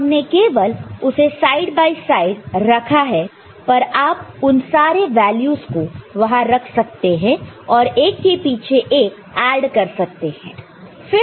तो हमने केवल उसे साइड बाय साइड रखा है पर आप उन सारे वैल्यूस को वहां रख सकते हैं और एक के पीछे एक ऐड कर सकते हैं